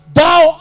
thou